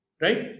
right